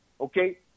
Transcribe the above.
Okay